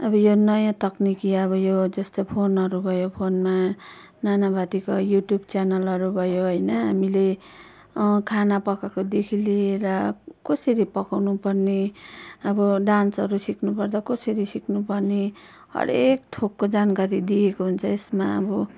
अब यो नयाँ तक्निकी अब यो जस्तो फोनहरू भयो फोनमा नाना भाँतीको युट्युब च्यानलहरू भयो होइन हामीले खाना पकाएकोदेखि लिएर कसरी पकाउनु पर्ने अब डान्सहरू सिक्नुपर्दा कसरी सिक्नु पर्ने हरेक थोकको जानकारी दिएको हुन्छ यसमा अब